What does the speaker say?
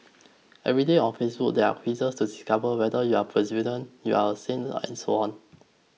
every day on Facebook there are quizzes to discover whether you are you are a saint and so on